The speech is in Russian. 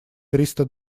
триста